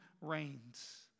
reigns